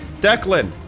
Declan